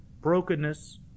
brokenness